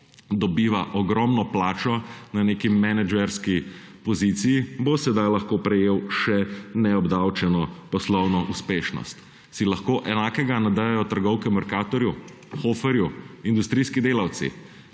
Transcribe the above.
dobiva ogromno plačo na neki menedžerski poziciji, bo sedaj lahko prejel še neobdavčeno poslovno uspešnost. Se lahko enakega nadejajo trgovke v Mercatorju, Hoferju, industrijski delavci?